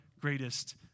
greatest